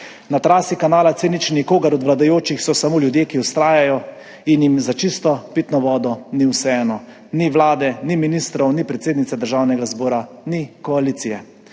Na trasi kanala C0 ni nikogar od vladajočih, so samo ljudje, ki vztrajajo in jim ni vseeno za čisto pitno vodo. Ni vlade, ni ministrov, ni predsednice Državnega zbora, ni koalicije,